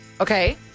Okay